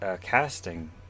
casting